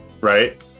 Right